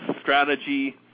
strategy